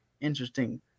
interesting